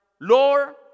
Lord